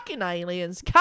Aliens